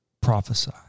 prophesy